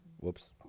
Whoops